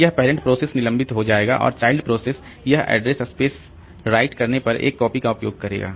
तो यह parents process निलंबित हो जाएगा और चाइल्ड प्रोसेस यह एड्रेस स्पेस राइट करने पर एक कॉपी का उपयोग करेगा